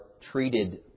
treated